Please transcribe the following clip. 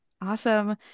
Awesome